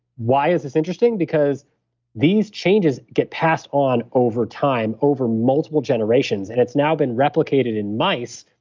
why is this interesting? because these changes get passed on over time, over multiple generations. and it's now been replicated in mice,